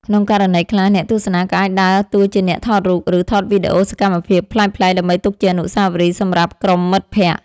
ក្នុងករណីខ្លះ អ្នកទស្សនាក៏អាចដើរតួជាអ្នកថតរូប ឬថតវីដេអូសកម្មភាពប្លែកៗ ដើម្បីទុកជាអនុស្សាវរីយ៍សម្រាប់ក្រុមមិត្តភក្តិ។